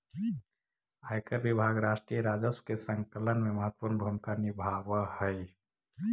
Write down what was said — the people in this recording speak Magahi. आयकर विभाग राष्ट्रीय राजस्व के संकलन में महत्वपूर्ण भूमिका निभावऽ हई